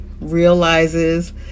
realizes